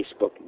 Facebook